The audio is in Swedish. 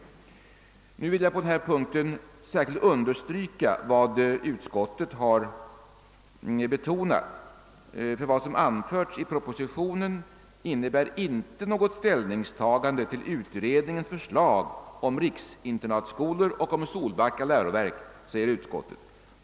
Jag vill på denna punkt särskilt understryka vad utskottet har framhållit, nämligen att >vad som anförts i propositionen inte innebär något ställningstagande till utredningens förslag om riksinternatskolor och om Solbacka läroverk.